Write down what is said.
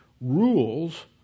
Rules